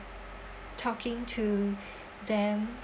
talking to them